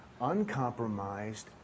uncompromised